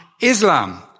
Islam